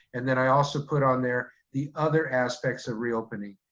and then i also put on there the other aspects of reopening.